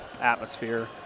atmosphere